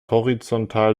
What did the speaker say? horizontal